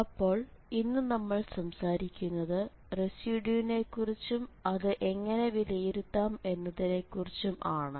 അപ്പോൾ ഇന്ന് നമ്മൾ സംസാരിക്കുന്നത് റെസിഡ്യുനെക്കുറിച്ചും അത് എങ്ങനെ വിലയിരുത്താം എന്നതിനെക്കുറിച്ചും ആണ്